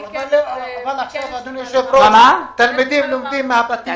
אבל עכשיו תלמידים לומדים מן הבתים,